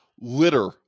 litter